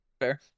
fair